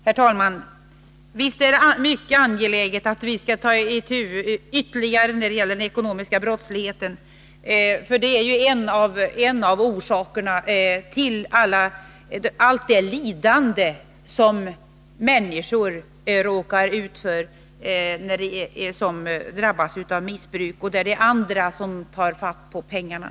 Herr talman! Visst är det mycket angeläget att vi ytterligare tar itu med den ekonomiska brottsligheten, som ju är en av orsakerna till allt det lidande som de människor råkar ut för som drabbas av missbruk och där andra tar pengarna.